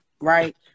right